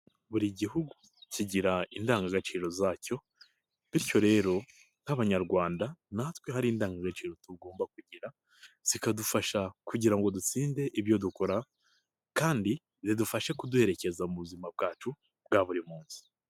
Buri gihugu kigira indangagaciro zacyo bityo rero nk'abanyarwanda natwe hari indangagaciro tugomba kugira zikadufasha kugira ngo dutsinde ibyo dukora kandi zidufashe kuduherekeza mu buzima bwacu bwa buri munsi.